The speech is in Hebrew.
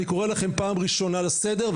אני קורא לכם פעם ראשונה לסדר.